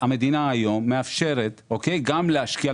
המדינה מאפשרת להשקיע,